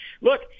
look